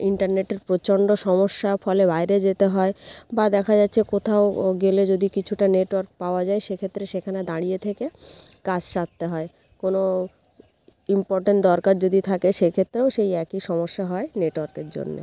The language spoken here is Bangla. ইন্টারনেটের প্রচণ্ড সমস্যা ফলে বাইরে যেতে হয় বা দেখা যাচ্ছে কোথাও গেলে যদি কিছুটা নেটওয়ার্ক পাওয়া যায় সেক্ষেত্রে সেখানে দাঁড়িয়ে থেকে কাজ সারতে হয় কোনো ইম্পর্টেন্ট দরকার যদি থাকে সেক্ষেত্রেও সেই একই সমস্যা হয় নেটওয়ার্কের জন্যে